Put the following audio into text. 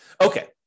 Okay